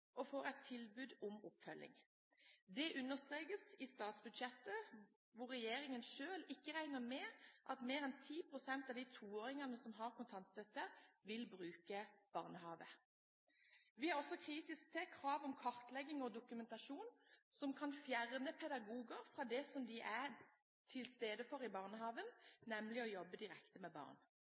og får et tilbud om oppfølging. Det understrekes i statsbudsjettet, hvor regjeringen selv ikke regner med at mer enn 10 pst. av 2-åringene med kontantstøtte vil bruke barnehage. Vi er også kritiske til krav om kartlegging og dokumentasjon som kan fjerne pedagoger fra det som de er til stede for i barnehagen, nemlig å jobbe direkte med barn.